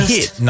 Hit